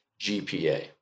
GPA